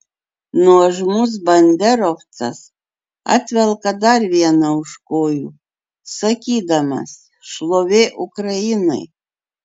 nuožmus banderovcas atvelka dar vieną už kojų sakydamas šlovė ukrainai